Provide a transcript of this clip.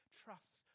trusts